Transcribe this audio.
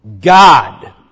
God